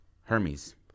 Hermes